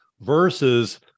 Versus